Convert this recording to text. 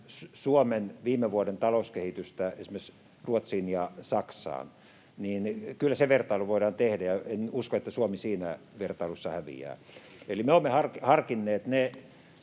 Suomen viime vuoden talouskehitystä esimerkiksi Ruotsiin ja Saksaan, niin kyllä se vertailu voidaan tehdä, ja en usko, että Suomi siinä vertailussa häviää. Eli me olemme harkinneet ne